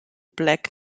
black